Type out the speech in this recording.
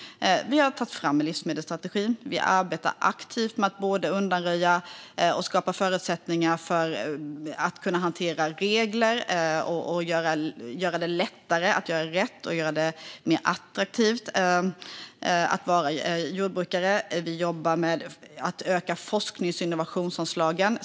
Vi har tagit fram en livsmedelsstrategi. Vi arbetar aktivt med att både undanröja regler och skapa förutsättningar för att kunna hantera regler för att göra det lättare att göra rätt och göra det mer attraktivt att vara jordbrukare. Vi jobbar med att öka forsknings och innovationsanslagen.